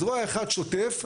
זרוע אחת שוטף,